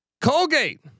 Colgate